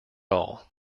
all